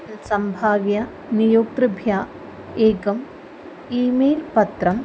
सम्भाव्य नियोक्तृभ्यः एकम् email पत्रम्